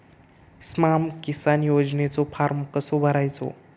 स्माम किसान योजनेचो फॉर्म कसो भरायचो?